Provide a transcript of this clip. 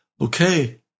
okay